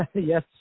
Yes